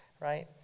right